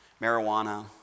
Marijuana